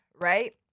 right